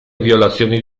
violazioni